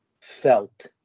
felt